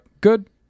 good